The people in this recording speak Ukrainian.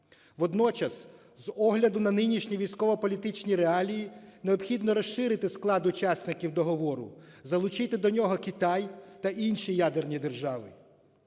Водночас з огляну на нинішні військово-політичні реалії необхідно розширити склад учасників договору, залучити до нього Китай та інші ядерні держави.